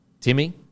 Timmy